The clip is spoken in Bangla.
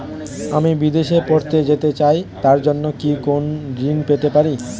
আমি বিদেশে পড়তে যেতে চাই তার জন্য কি কোন ঋণ পেতে পারি?